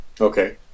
okay